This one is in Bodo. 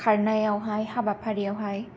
खारनायावहाय हाबाफारियावहाय